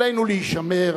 עלינו להישמר